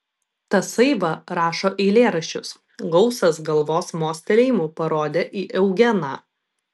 tasai va rašo eilėraščius gausas galvos mostelėjimu parodė į eugeną